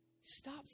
Stop